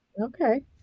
Okay